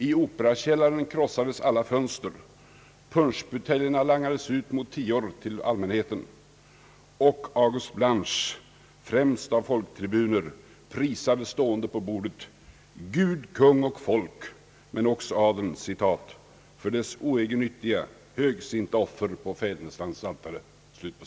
I Operakällaren krossades alla fönster. Punschbuteljerna langades ut till allmänheten, och August Blanche, främst bland folktribuner, prisade stående på bordet Gud, kung och folk men också adeln »för dess oegennyttiga, högsinta offer på fädernelandets altare».